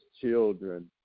children